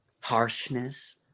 harshness